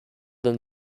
then